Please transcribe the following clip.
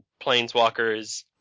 Planeswalkers